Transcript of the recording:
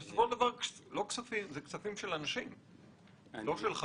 מדובר בכספים של אנשים, לא בכספים שלך.